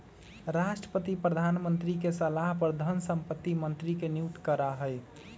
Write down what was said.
राष्ट्रपति प्रधानमंत्री के सलाह पर धन संपत्ति मंत्री के नियुक्त करा हई